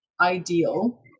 ideal